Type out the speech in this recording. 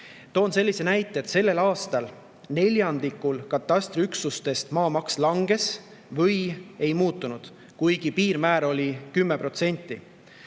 Toon sellise näite, et tänavu neljandikul katastriüksustest maamaks langes või ei muutunud, kuigi kasvu piirmäär oli 10%.